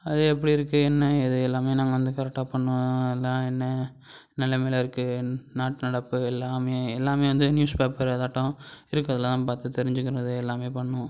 அது எப்படி இருக்குது என்ன ஏது எல்லாமே நாங்கள் வந்து கரெக்டாக பண்ண எல்லாம் என்ன நிலமையில இருக்குது நாட்டு நடப்பு எல்லாம் எல்லாம் வந்து நியூஸ் பேப்பர் ஏதாட்டும் இருக்கிறதுலாம் பார்த்து தெரிஞ்சுக்கினது எல்லாம் பண்ணிணோம்